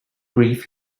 grief